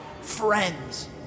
friends